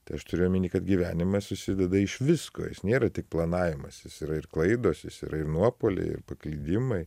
tai aš turiu omeny kad gyvenimas susideda iš visko jis nėra tik planavimas jis yra ir klaidos jis yra ir nuopuoliai paklydimai